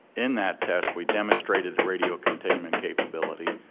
in that test we demonstrated the radial containment capability,